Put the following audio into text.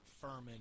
Furman